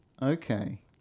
Okay